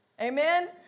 Amen